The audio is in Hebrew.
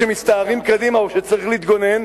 כשמסתערים קדימה או כשצריך להתגונן,